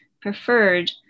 preferred